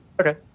Okay